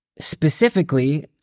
specifically